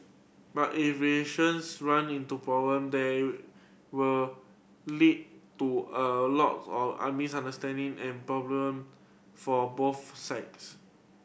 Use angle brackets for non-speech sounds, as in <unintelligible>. but if relations run into problem they will lead to a lots of <unintelligible> misunderstanding and problem for both sides